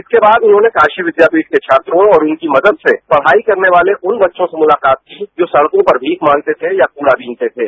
इसके बाद उन्होंने कासी विद्यापीठ के छात्रों और उनकी मदद से पढ़ाई करने वाले उन बच्चों से मुलाकात की जो सड़कों पर मीख मांगते थे या कृझ बीनते थे